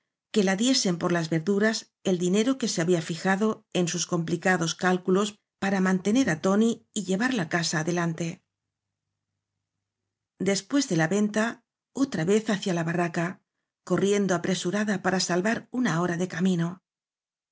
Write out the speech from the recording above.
que ia diesen por las verduras el di nero que se había fijado en sus complicados cálculos para mantener á tóni y llevar la casa adelante después de la venta otra vez hacia la ba rraca corriendo apresurada para salvar una hora de camino